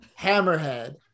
Hammerhead